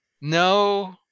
No